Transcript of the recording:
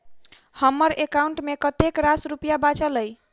हम्मर एकाउंट मे कतेक रास रुपया बाचल अई?